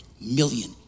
million